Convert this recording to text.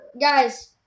guys